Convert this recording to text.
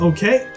Okay